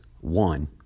one